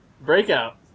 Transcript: Breakout